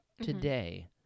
today